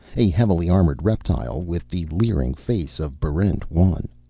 a heavily armored reptile with the leering face of barrent one.